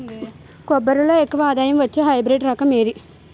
కొబ్బరి లో ఎక్కువ ఆదాయం వచ్చే హైబ్రిడ్ రకం ఏది?